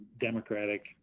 Democratic